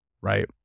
right